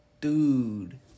Dude